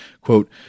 quote